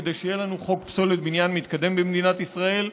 כדי שיהיה לנו חוק פסולת בניין מתקדם במדינת ישראל.